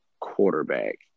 quarterback